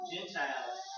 Gentiles